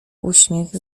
uśmiech